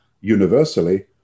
universally